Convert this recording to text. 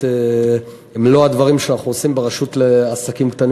את מלוא הדברים שאנחנו עושים ברשות לעסקים קטנים